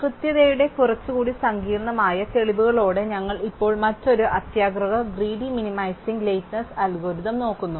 കൃത്യതയുടെ കുറച്ചുകൂടി സങ്കീർണ്ണമായ തെളിവുകളോടെ ഞങ്ങൾ ഇപ്പോൾ മറ്റൊരു അത്യാഗ്രഹ ഗ്രീഡി മിനിമൈസിങ് ലേറ്റ്നെസ് അൽഗോരിതം നോക്കുന്നു